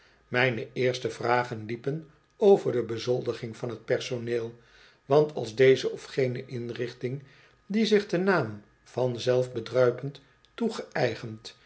mijne eerste vragen liepen over de bezoldiging van t personeel want als deze of gene inrichting die zich den naam van